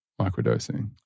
microdosing